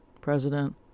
president